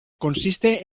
consiste